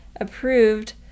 approved